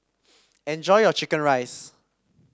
enjoy your chicken rice